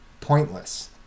pointless